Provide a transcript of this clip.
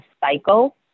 cycle